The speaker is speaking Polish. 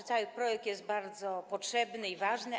Omawiany projekt jest bardzo potrzebny i ważny.